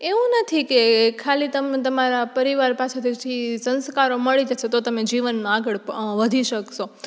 એવું નથી કે ખાલી તમ તમારા પરિવાર પાસેથી સંસ્કારો મળે જશે તો તમે જીવનમાં આગળ વધી શકશો